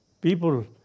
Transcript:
people